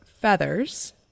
feathers